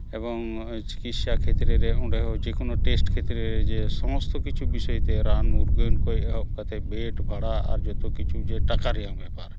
ᱮᱵᱚᱝ ᱱᱚᱜᱼᱚᱭ ᱪᱤᱠᱤᱥᱥᱟ ᱠᱷᱮᱛᱨᱮ ᱚᱸᱰᱮ ᱡᱮᱠᱳᱱᱳ ᱴᱮᱹᱥᱴ ᱠᱷᱮᱛᱨᱮᱹ ᱨᱮ ᱚᱸᱰᱮ ᱡᱮᱠᱳᱱᱳ ᱴᱮᱹᱥᱴ ᱠᱷᱮᱹᱛᱨᱮᱹ ᱥᱚᱢᱚᱥᱛᱚ ᱠᱤᱪᱷᱩ ᱵᱤᱥᱚᱭ ᱛᱮ ᱨᱟᱱᱼᱢᱩᱨᱜᱟᱹᱱ ᱠᱷᱚᱡ ᱮᱦᱚᱵ ᱠᱟᱛᱮᱫ ᱵᱮᱹᱰ ᱵᱷᱟᱲᱟ ᱟᱨ ᱡᱚᱛᱚ ᱠᱤᱪᱷᱩ ᱡᱮ ᱴᱟᱠᱟ ᱨᱮᱭᱟᱝ ᱵᱮᱯᱟᱨ